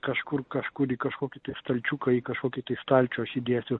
kažkur kažkur į kažkokį tai stalčiuką į kažkokį tai stalčių aš įdėsiu